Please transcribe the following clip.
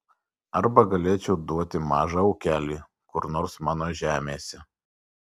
arba galėčiau duoti mažą ūkelį kur nors mano žemėse